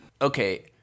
Okay